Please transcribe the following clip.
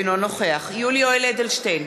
אינו נוכח יולי יואל אדלשטיין,